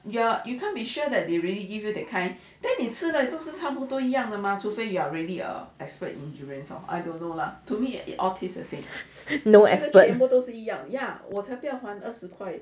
no expert